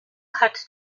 hat